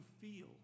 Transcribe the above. feel